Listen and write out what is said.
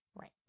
Right